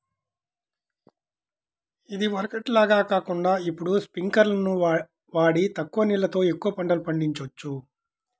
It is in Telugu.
ఇదివరకటి లాగా కాకుండా ఇప్పుడు స్పింకర్లును వాడి తక్కువ నీళ్ళతో ఎక్కువ పంటలు పండిచొచ్చు